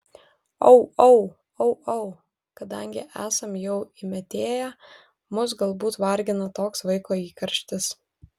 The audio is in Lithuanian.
au au au au kadangi esam jau įmetėję mus galbūt vargina toks vaiko įkarštis